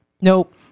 Nope